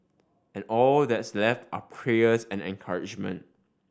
and all that's left are prayers and encouragement